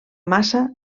massa